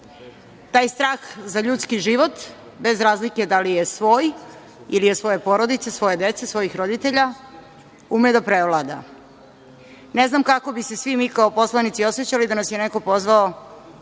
Taj strah za ljudski život, bez razlike da li je svoj ili svoje porodice, svoje dece, svojih roditelja, ume da prevlada. Ne znam kako bi se svi mi kao poslanici osećali da nas je neko pozvao